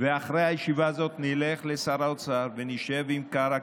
ואחרי הישיבה הזו נלך לשר האוצר ונשב עם קארה,